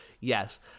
Yes